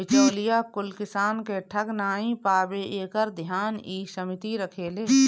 बिचौलिया कुल किसान के ठग नाइ पावे एकर ध्यान इ समिति रखेले